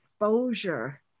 exposure